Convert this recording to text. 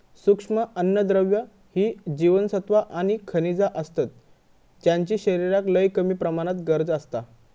सूक्ष्म अन्नद्रव्य ही जीवनसत्वा आणि खनिजा असतत ज्यांची शरीराक लय कमी प्रमाणात गरज असता